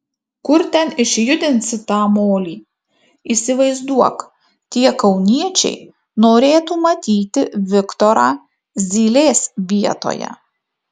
kur ten išjudinsi tą molį įsivaizduok tie kauniečiai norėtų matyti viktorą zylės vietoje